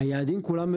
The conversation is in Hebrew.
היעדים כולם,